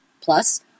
plus